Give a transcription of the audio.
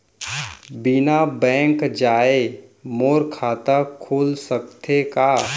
बिना बैंक जाए मोर खाता खुल सकथे का?